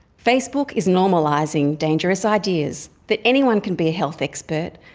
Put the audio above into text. facebook is normalising dangerous ideas that anyone can be a health expert,